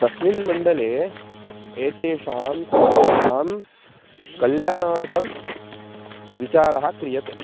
तस्मिन् मण्डले एतेषां सर्वेषां कल्याणार्थं विचारः क्रियते